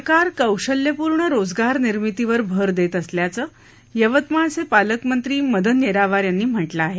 सरकार कौशल्यपूर्ण रोजगार निर्मितीवर भर देत असल्याचं यवतमाळचे पालकमंत्री मदन येरावार यांनी म्हटलं आहे